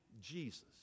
Jesus